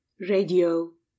Radio